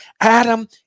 Adam